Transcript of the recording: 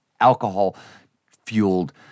alcohol-fueled